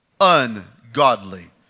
ungodly